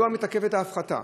1. מדוע מתעכבת ההפחתה?